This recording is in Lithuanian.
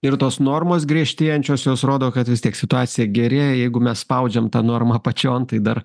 ir tos normos griežtėjančios jos rodo kad vis tiek situacija gerėja jeigu mes spaudžiam tą normą apačion tai dar